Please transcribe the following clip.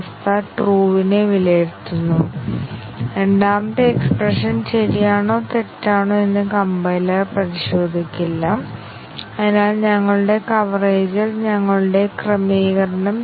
അതിനാൽ ഞങ്ങൾക്ക് ഒരു തീരുമാന പ്രസ്താവന ഉണ്ടെങ്കിൽ ഈ തീരുമാനങ്ങൾ ഓരോന്നും യഥാർത്ഥ മൂല്യവും തെറ്റായ മൂല്യവും സ്വീകരിക്കുമോ എന്ന് ഞങ്ങൾ പരിശോധിക്കുന്നു അപ്പോൾ ഞങ്ങൾ പറയുന്നത് 100 ശതമാനം ബ്രാഞ്ച് കവറേജ് കൈവരിക്കാനാകുമെന്നാണ്